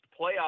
playoff